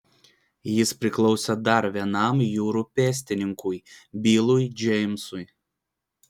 jis priklausė dar vienam jūrų pėstininkui bilui džeimsui